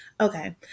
Okay